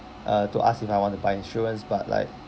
uh to ask if I want to buy insurance but like